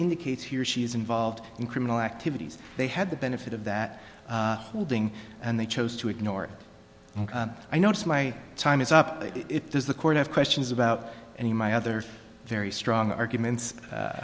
indicates he or she is involved in criminal activities they had the benefit of that holding and they chose to ignore it i know it's my time is up it does the court have questions about any of my other very strong arguments